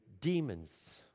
demons